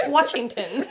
Washington